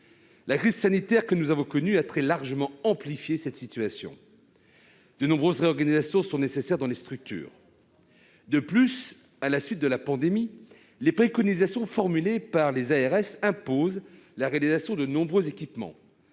La crise sanitaire que nous avons connue a très largement amplifié cette situation. De nombreuses réorganisations sont nécessaires dans les structures. De plus, à la suite de la pandémie, les préconisations formulées par les ARS, les agences régionales de santé, imposent